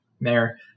Mayor